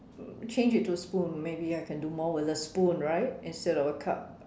um change it to spoon maybe I can do more with a spoon right instead of a cup